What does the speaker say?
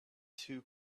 two